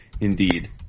Indeed